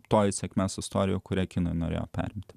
toji sėkmės istorija kuria kiną norėjo perimti